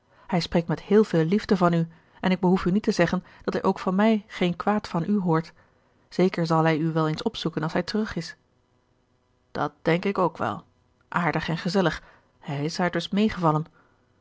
hij spreekt met heel veel liefde van u en ik behoef u niet te zeggen dat hij ook van mij geen kwaad van u hoort zeker zal hij u wel eens opzoeken als hij terug is dat denk ik ook wel aardig en gezellig hij is haar dus meegevallen